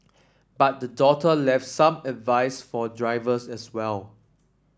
but the daughter left some advice for drivers as well